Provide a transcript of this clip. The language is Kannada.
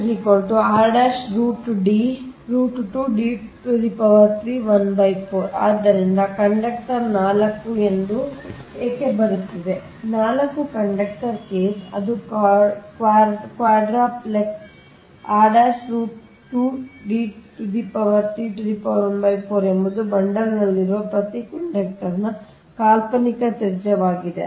Ds ಇದು 4 ಕಂಡಕ್ಟರ್ ಕೇಸ್ ಮತ್ತು ಈ ರೇಖಾಚಿತ್ರಕ್ಕಾಗಿ ಎಂದು ಹೇಳಿ ಆದ್ದರಿಂದ ಕಂಡಕ್ಟರ್ 4 ಎಂದು ಏಕೆ ಬರುತ್ತಿದೆ 4 ಕಂಡಕ್ಟರ್ ಕೇಸ್ ಅದು ಕ್ವಾಡ್ರುಪ್ಲೆಕ್ಸ್ ಎಂಬುದು ಬಂಡಲ್ ಲ್ಲಿರುವ ಪ್ರತಿ ಕಂಡಕ್ಟರ್ನ ಕಾಲ್ಪನಿಕ ತ್ರಿಜ್ಯವಾಗಿದೆ